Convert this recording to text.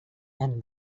and